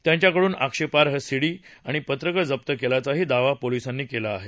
त्यांच्याकडून आक्षेपार्ह सीडी आणि पत्रकं जप्त केल्याचाही दावा पोलिसानी केला आहे